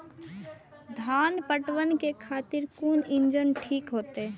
धान पटवन के खातिर कोन इंजन ठीक होते?